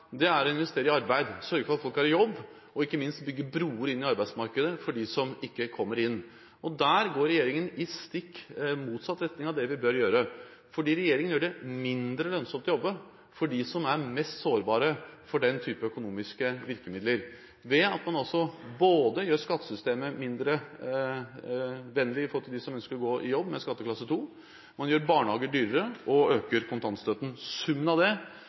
framtiden er å investere i arbeid – sørge for at folk er i jobb, og ikke minst å bygge broer inn i arbeidsmarkedet for dem som ikke kommer inn. Der går regjeringen i stikk motsatt retning av det man bør gjøre. Regjeringen gjør det mindre lønnsomt å jobbe for dem som er mest sårbare for den type økonomiske virkemidler, ved at man både gjør skattesystemet mindre vennlig for dem som ønsker å gå ut i jobb med skatteklasse 2, man gjør barnehager dyrere, og man øker kontantstøtten. Summen av det